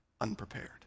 unprepared